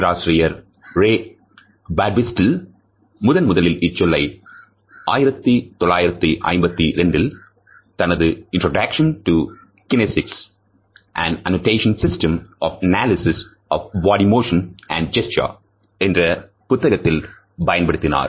பேராசிரியர் Ray Birdwhistell முதன்முதலில் இச்சொல்லை 1952 ல் தனது Introduction to Kinesics An Annotation System for Analysis of Body Motion and Gesture என்ற புத்தகத்தில் பயன்படுத்தினார்